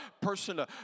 person